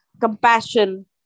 compassion